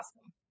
awesome